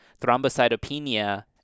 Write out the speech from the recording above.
thrombocytopenia